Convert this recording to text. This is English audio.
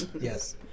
Yes